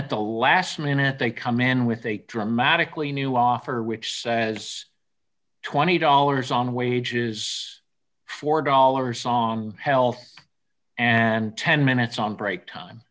at the last minute they come in with a dramatically new offer which says twenty dollars on wages four dollars song health and ten minutes on break time